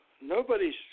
nobody's